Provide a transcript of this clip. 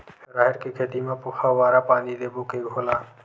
राहेर के खेती म फवारा पानी देबो के घोला?